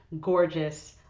gorgeous